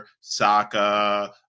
Saka